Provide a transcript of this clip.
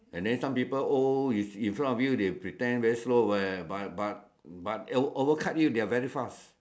and then some people old in front of you they pretend very slow but but overcut you they very fast